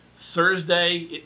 Thursday